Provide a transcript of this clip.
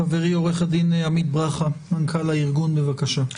חברי עו"ד עמית ברכה, מנכ"ל הארגון, בבקשה.